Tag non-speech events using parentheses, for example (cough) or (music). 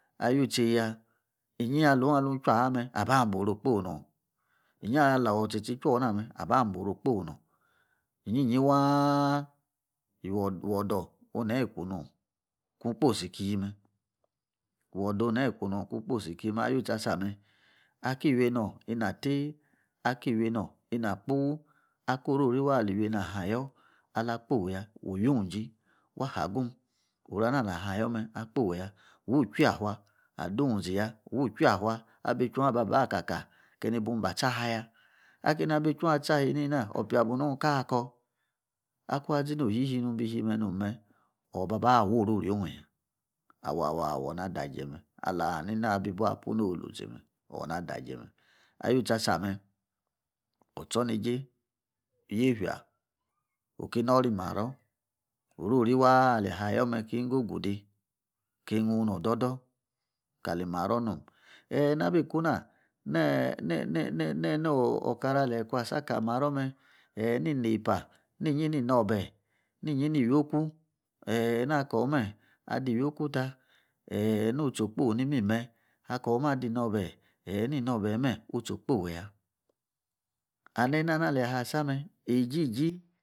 Ayu tsei ya. inyi ya alon alung itchi a'yaa me. abaa oruo'kpoi nang. iyi ya aloor tsi tsi tchui ona me’ a ba bu oruo'kposi nang. inyi yi waa’ iwoiw odoor a'neyi ku nang kun kposi kii me wodor neyi kuu nong kung kposi ki me. yu'tsi asame. aki iwi einor ina tei. aki iweinor ina kpu aki orori waa ali iwein or a'yoor. ala kpoiya wuyung ije wa ha gun. oruana ala yoor me akposi ya. wuu tchwa fa adung uzi ya. wu chua fa abeichwong ababa ka ka keini ba cha cha ya. akeini abeichung aba ycha ha eineina. opia bu nong ikor eineina opiabu nong ikor akor?akubi oshi shi nungshi me’ nom me. oba ba wo'orio riong ya. awa woor na daje me'. alia hani na bi bour apu hori itsi me. oor na daje me. ayu tsi asame. otso neijei. yeifia. oki nori amaro. orori waa aleyi ayoor me. oki wun ingo gu de’ kigung nor dor da kali maro nom. eyi na bi ku na. ne yi we ne nen'okara a leyi ikua tsa akli ma ro me. eei ni nei pa. winyi ui ino bahe. uinyi nii iwioku ee’ na’ ko me’ adi iwioka ta. neei utchi okpoi ni mi me akome adi nobahe. nu'utchi okpoiya. and ene'na ale yi asa me'. ijiji (unintelligible)